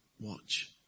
watch